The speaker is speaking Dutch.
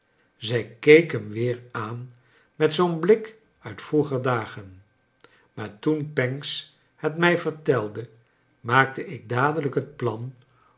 zij keek hem weer aan met zoo'n blik uit vroeger dagen maar toen pancks het mij vertelde maakte ik dadelijk het plan